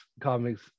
comics